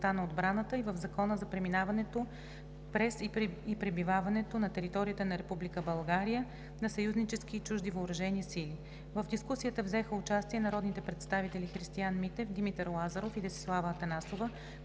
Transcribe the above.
в областта на отбраната и в Закона за преминаването през и пребиваването на територията на Република България на съюзнически и на чужди въоръжени сили. В дискусията взеха участие народните представители Христиан Митев, Димитър Лазаров и Десислава Атанасова,